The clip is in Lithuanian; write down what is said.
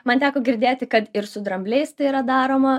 man teko girdėti kad ir su drambliais tai yra daroma